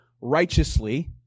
righteously